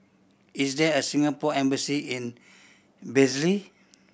is there a Singapore Embassy in Belize